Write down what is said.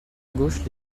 gauche